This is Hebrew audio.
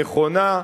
נכונה,